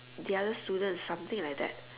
the other student something like that